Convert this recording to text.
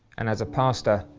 and as a pastor,